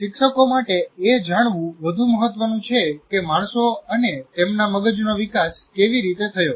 શિક્ષકો માટે એ જાણવું વધુ મહત્વનું છે કે માણસો અને તેમના મગજનો વિકાસ કેવી રીતે થયો